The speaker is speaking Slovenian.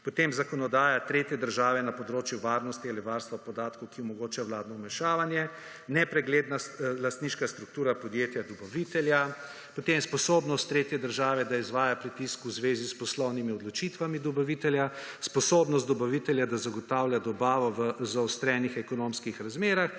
potem zakonodaja tretje države na področju varnosti ali varstva podatkov, ki omogoča vladno vmešavanje, nepregledna lastniška struktura podjetja dobavitelja, potem sposobnost tretje države, da izvaja pritisk v zvezi s poslovnimi odločitvami dobavitelja, sposobnost dobavitelja, da zagotavlja dobavo v zaostrenih ekonomskih razmera,